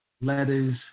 letters